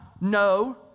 no